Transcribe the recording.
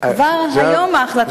כבר היום ההחלטה,